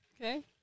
Okay